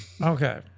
Okay